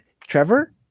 trevor